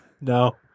No